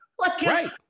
Right